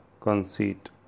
conceit